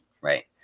right